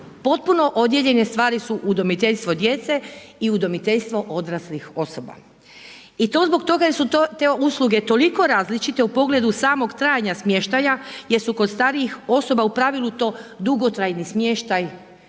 potpuno odjeljenje stvari su udomiteljstvo djece i udomiteljstvo odraslih osoba. I to zbog toga jer su te usluge toliko različite u pogledu samog trajanja smještaja, jer su kod starijih osoba u pravilu to dugotrajni smještaj,